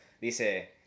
Dice